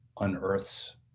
unearths